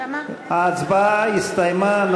ההצבעה הסתיימה.